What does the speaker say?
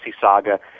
saga